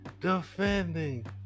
defending